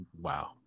wow